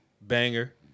banger